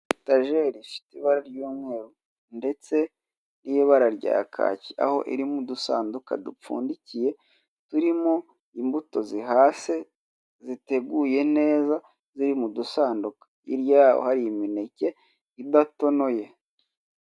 Etajeri ifute ibara ry'umweru ndetse n'ibara rya kaki aho irimo udusanduka dupfundikiye tueimo imbuto zihase ziteguye neza ziri mu dusanduka hirya yaho hari imineke idatonoye.